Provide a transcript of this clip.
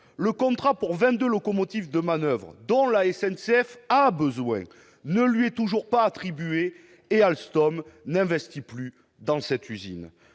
Le contrat pour vingt-deux locomotives de manoeuvre, dont la SNCF a besoin, ne lui est toujours pas attribué, et Alstom n'investit plus dans cette usine.